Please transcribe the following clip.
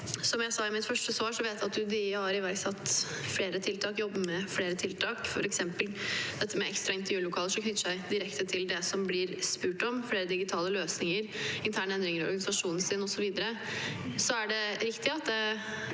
Som jeg sa i mitt første svar, vet jeg at UDI har iverksatt og jobber med flere tiltak, f.eks. ekstra intervjulokaler, som knytter seg direkte til det det blir spurt om, flere digitale løsninger, interne endringer i organisasjonen osv. Det er riktig at